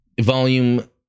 volume